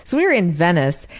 so we were in venice,